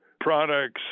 products